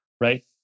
Right